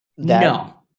No